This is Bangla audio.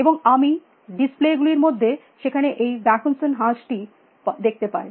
এবং আমি ডিসপ্লে গুলির মধ্যে সেখানে এই ভাকুনসান হাঁসটি দেখতে পাই